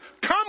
come